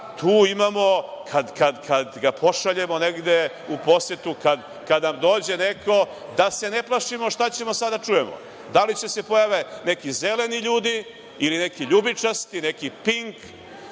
Srbije, i kada ga pošaljemo negde u posetu, kada nam dođe neko, da se ne plašimo šta ćemo sada da čujemo, da li će se pojave neki zeleni ljudi ili neki ljubičasti, neki pink,